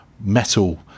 metal